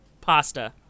pasta